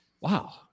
wow